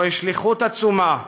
זו שליחות עצומה,